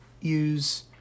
use